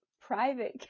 private